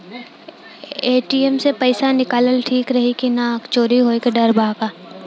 ATM से पईसा निकालल ठीक रही की ना और चोरी होये के डर बा का?